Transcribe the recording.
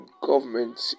government